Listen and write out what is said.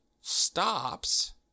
stops